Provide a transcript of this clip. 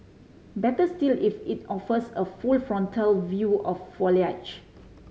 better still if it offers a full frontal view of foliage